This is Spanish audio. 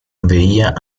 veía